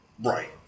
Right